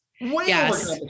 Yes